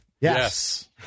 Yes